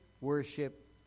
worship